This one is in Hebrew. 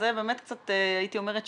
זו באמת קצת הייתי אומרת,